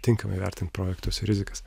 tinkamai vertint projektusir rizikas